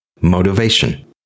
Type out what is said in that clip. Motivation